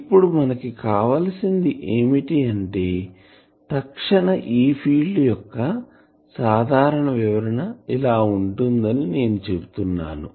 ఇప్పుడు మనకు కావలసింది ఏమిటంటే తక్షణ E ఫీల్డ్ యొక్క సాధారణ వివరణ ఇలా ఉంటుంది అని నేను చెబుతున్నాను